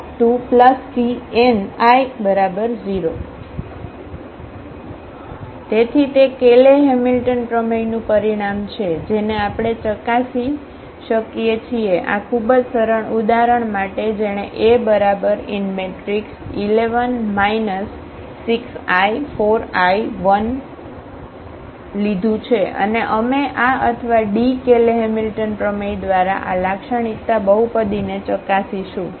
c0Anc1An 1cnI0 તેથી તે Cayley Hamilton પ્રમેયનું પરિણામ છે જેને આપણે ચકાસી શકીએ છીએ આ ખૂબ જ સરળ ઉદાહરણ માટે જેણે A11 6i 4i 1 લીધું છે અને અમે આ અથવા ડી કેલે હેમિલ્ટન પ્રમેય દ્વારા આ લાક્ષણિકતા બહુપદીને ચકાસીશું